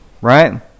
right